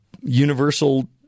universal